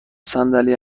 صندلی